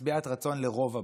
משביעת רצון לרוב הבית,